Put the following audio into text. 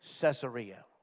Caesarea